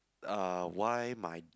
uh why my